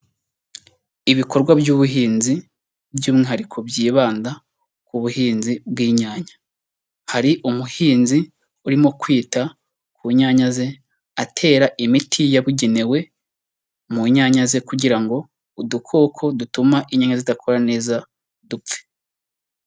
Ibikorwa by'ubuhinzi by'umwihariko byibanda ku buhinzi bw'inyanya, hari umuhinzi urimo kwita ku nyanya ze atera imiti yabugenewe, mu nyanya ze kugira ngo udukoko dutuma inyenya zidakura neza dupfe.